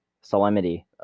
solemnity